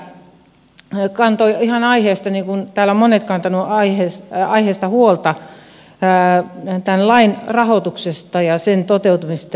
edustaja mäkipää kantoi niin kuin täällä ovat monet kantaneet ihan aiheesta huolta tämän lain rahoituksesta ja sen toteutumisesta